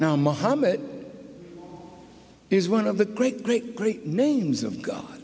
now mohammad is one of the great great great names of god